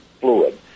fluid